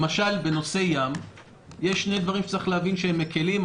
למשל בנושא הים יש שני דברים שצריך להבין שהם מקלים.